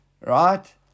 right